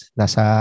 nasa